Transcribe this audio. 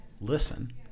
listen